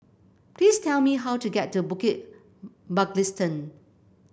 please tell me how to get to Bukit Mugliston